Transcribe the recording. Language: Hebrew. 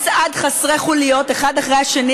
מצעד חסרי חוליות, אחד אחרי השני.